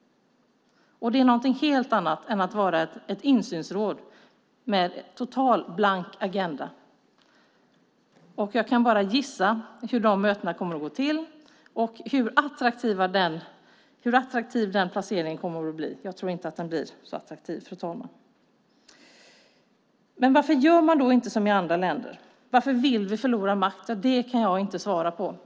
Det är något helt annat än att vara ett insynsråd med en totalt blank agenda. Jag kan bara gissa hur mötena kommer att gå till och hur attraktiv den placeringen kommer att vara. Jag tror inte att den blir särskilt attraktiv. Varför gör man då inte som i andra länder? Varför vill vi förlora makt? Det kan jag inte svara på.